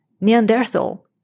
Neanderthal